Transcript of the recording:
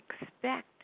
expect